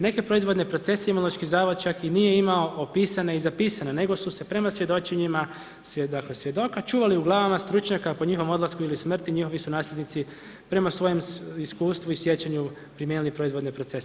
Neke proizvodne procese Imunološki zavod čak i nije imao opisane i zapisane, nego su se prema svjedočenjima svjedoke čuvali u glavama stručnjaka, po njihovom odlasku ili smrti njihovu su nasljednici prema svojem iskustvu i sjećanju primijenili proizvodne procese.